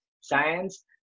science